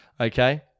okay